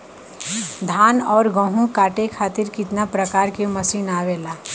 धान और गेहूँ कांटे खातीर कितना प्रकार के मशीन आवेला?